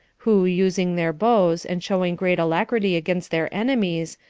who using their bows, and showing great alacrity against their enemies,